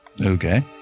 Okay